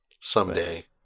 Someday